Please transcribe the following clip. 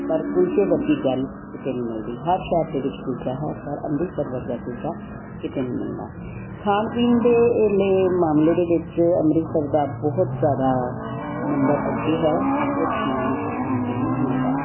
ਪਰ ਕੁਲਚੇ ਵਰਗੀ ਗੱਲ ਕਿਤੇ ਨਹੀਂ ਮਿਲਦੀ ਹਰ ਸ਼ਹਿਰ ਦੇ ਵਿੱਚ ਕੁਲਚਾ ਹੈ ਪਰ ਅੰਮ੍ਰਿਤਸਰ ਵਰਗਾ ਕੁਲਚਾ ਕਿਤੇ ਨਹੀਂ ਮਿਲਦਾ ਖਾਣ ਪੀਣ ਦੇ ਇਹਦੇ ਮਾਮਲੇ ਦੇ ਵਿੱਚ ਅੰਮ੍ਰਿਤਸਰ ਦਾ ਬਹੁਤ ਜ਼ਿਆਦਾ ਨੰਬਰ ਅੱਗੇ ਹੈ ਬਹੁਤ ਸਮਾਨ ਇੱਥੇ ਖਾਣ ਪੀਣ ਨੂੰ ਮਿਲਦਾ ਹੈ